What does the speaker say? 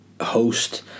host